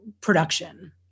production